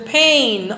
pain